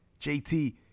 JT